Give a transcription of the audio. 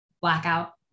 Blackout